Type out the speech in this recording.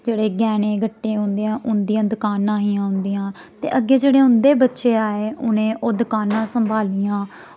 जेह्ड़े गैह्ने गट्टे होंदे ऐं उं'दियां दकानां हियां उं'दियां ते अग्गें जेह्ड़े उं'दे बच्चे आए उ'नें ओह् दकानां संभालियां